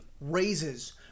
raises